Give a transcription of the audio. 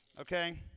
Okay